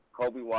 Kobe